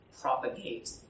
propagate